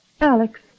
Alex